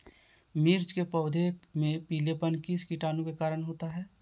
मिर्च के पौधे में पिलेपन किस कीटाणु के कारण होता है?